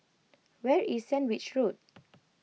where is Sandwich Road